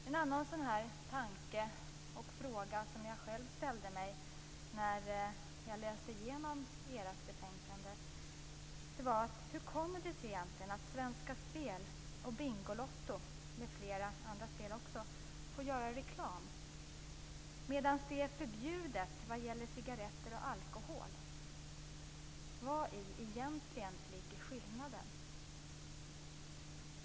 En annan sådan här tanke och fråga som jag själv ställde mig när jag läste igenom ert betänkande var: Hur kommer det sig egentligen att Svenska spel, Bingolotto m.fl. andra spel får göra reklam, medan det är förbjudet när det gäller cigaretter och alkohol? Vari ligger egentligen skillnaden?